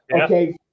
okay